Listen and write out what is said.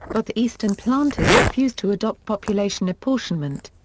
but the eastern planters refused to adopt population apportionment.